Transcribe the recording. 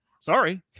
sorry